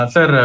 Sir